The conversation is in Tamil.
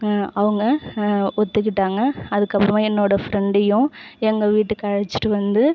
அவங்க ஒத்துக்கிட்டாங்க அதுக்கப்றமாக என்னோட ஃப்ரெண்டையும் எங்கள் வீட்டுக்கு அழைச்சிட்டு வந்து